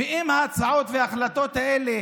ואם ההצעות וההחלטות האלה